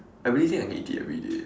I really think I can eat it everyday eh